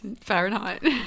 Fahrenheit